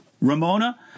Ramona